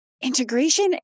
integration